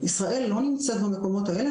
ישראל לא נמצאת במקומות האלו,